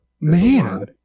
Man